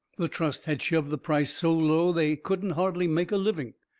the trust had shoved the price so low they couldn't hardly make a living.